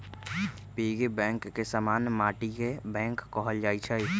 piggy bank के समान्य माटिके बैंक कहल जाइ छइ